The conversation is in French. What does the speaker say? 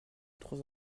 trois